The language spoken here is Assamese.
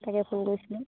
তাকে ফোন কৰিছিলোঁ